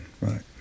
right